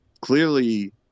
clearly